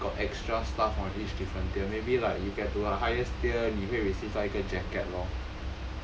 just that got extra stuff on each different tier maybe like you get to the highest tier 你会 receive 到一个 jacket lor